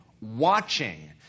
watching